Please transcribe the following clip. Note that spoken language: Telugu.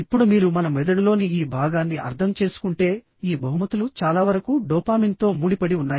ఇప్పుడు మీరు మన మెదడులోని ఈ భాగాన్ని అర్థం చేసుకుంటే ఈ బహుమతులు చాలావరకు డోపామిన్తో ముడిపడి ఉన్నాయి